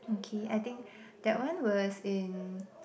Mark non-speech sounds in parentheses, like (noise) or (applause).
okay I think (breath) that one was in